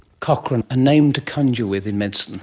cochrane, a name to conjure with in medicine.